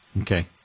Okay